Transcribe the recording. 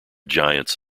giants